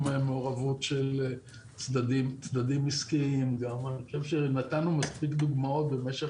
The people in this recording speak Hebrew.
מעורבות של צדדים עסקיים ונתנו מספיק דוגמאות במשך